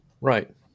Right